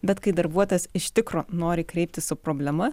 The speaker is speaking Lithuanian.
bet kai darbuotojas iš tikro nori kreiptis su problema